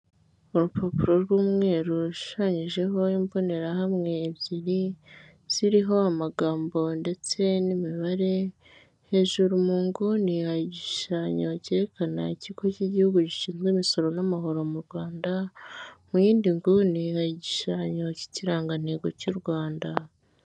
Urupapuro rw'umweru rushushanyijeho imbonerahamwe ebyiri, ziriho amagambo ndetse n'imibare, hejuru mu nguni hari igishushanyo cyerekana ikigo cy'Igihugu gishinzwe imisoro n'amahoro mu Rwanda, mu yindi nguni hari igishushanyo cy'ikirangantego cy'u Rwanda.